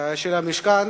של המשכן